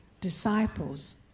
disciples